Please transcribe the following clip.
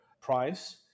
price